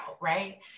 right